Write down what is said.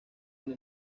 una